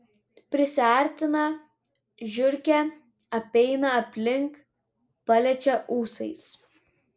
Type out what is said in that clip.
prisiartina žiurkė apeina aplink paliečia ūsais